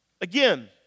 again